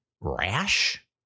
Rash